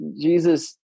Jesus